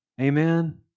Amen